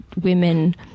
women